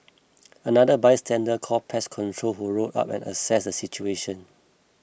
another bystander called pest control who rolled up and assessed the situation